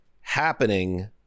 happening